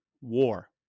war